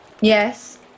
Yes